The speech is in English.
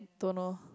don't know